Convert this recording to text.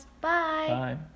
Bye